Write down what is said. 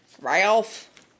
Ralph